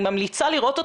אני ממליצה לראות אותו.